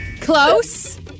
Close